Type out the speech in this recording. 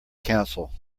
council